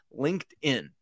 LinkedIn